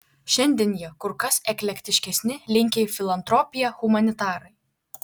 šiandien jie kur kas eklektiškesni linkę į filantropiją humanitarai